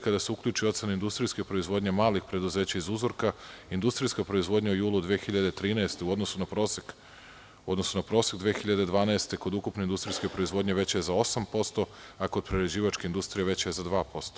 Kada se uključi ocena industrijske proizvodnje malih preduzeća iz uzorka, industrijska proizvodnja u julu 2013. godine u odnosu na prosek 2012. godine kod ukupne industrijske proizvodnje veća je za 8% ako jeprerađivačka industrija veća za 2%